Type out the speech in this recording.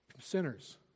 sinners